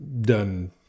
done